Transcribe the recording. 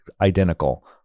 identical